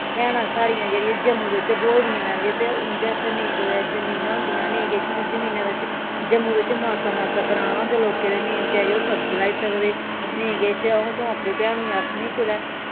भैनां साढ़ियां जेह्ड़ियां जम्मू बिच्च ब्होई दियां न जे ते उं'दे उत्थै नेईं कुतै जमीनां होंदियां नेईं किश उंदियें जमीनें बिच्च जम्मू बिच्च मास्सा मास्सा ग्रांऽ होंदे लोकें दे नेईं बचैरे ओह् सब्जी लाई सकदे नेईं किश अ'ऊं सगोआं अपनी भैनू गी आखनी कुतै